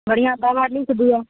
बढ़िआँ दवा लिखि दिअऽ